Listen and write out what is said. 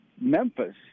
Memphis –